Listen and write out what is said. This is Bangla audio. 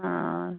ও